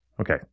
Okay